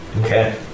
Okay